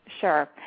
Sure